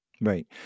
Right